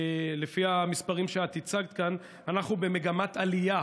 לפי המספרים שאת הצגת כאן אנחנו במגמת עלייה